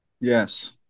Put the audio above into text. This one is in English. Yes